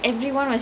ya